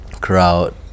crowd